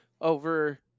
over